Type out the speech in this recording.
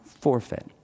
forfeit